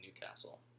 Newcastle